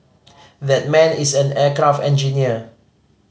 that man is an aircraft engineer